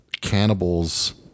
cannibals